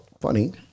funny